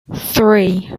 three